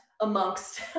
amongst